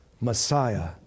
Messiah